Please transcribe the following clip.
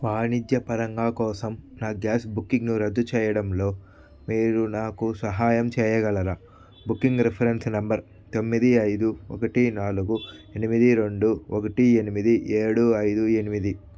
వాణిజ్యపరంగా కోసం నా గ్యాస్ బుకింగు రద్దు చేయడంలో మీరు నాకు సహాయం చేయగలరా బుకింగ్ రిఫరెన్స్ నెంబర్ తొమ్మిది ఐదు ఒకటి నాలుగు ఎనిమిది రెండు ఒకటి ఎనిమిది ఏడు ఐదు ఎనిమిది